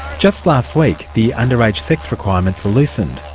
just last week the under-age sex requirements were loosened,